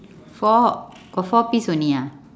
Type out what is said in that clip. four got four piece only ah